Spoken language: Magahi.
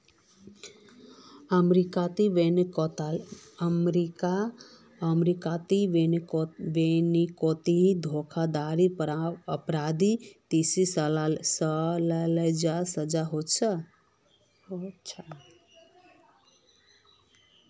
अमेरीकात बैनकोत धोकाधाड़ी अपराधी तीस सालेर सजा होछे